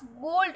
gold